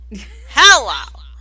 hello